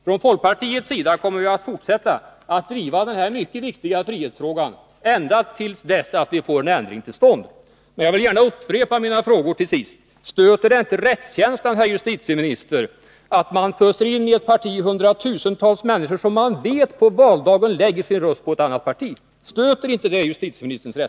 Från folkpartiets sida kommer vi att fortsätta att driva den mycket viktiga frihetsfrågan ända tills vi får en ändring till stånd. Men jag vill gärna upprepa min fråga: Stöter det inte justitieministerns rättskänsla att man i ett parti föser in Nr 157 hundratusentals människor som man vet på valdagen lägger sin röst på ett